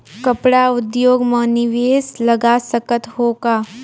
कपड़ा उद्योग म निवेश लगा सकत हो का?